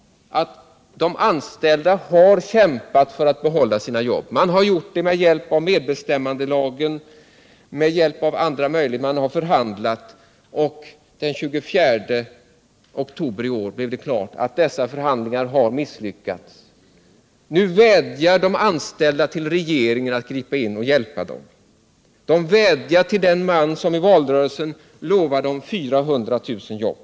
De anställda har här kämpat för att behålla sina jobb. De har gjort det med hjälp av medbestämmandelagen, de har förhandlat och förhandlat. Den 24 oktober i år stod det klart att dessa förhandlingar hade misslyckats. Nu vädjar de anställda till regeringen att gripa in och hjälpa dem. De vädjar till den man som i valrörelsen lovade dem 400 000 nya jobb.